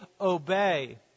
obey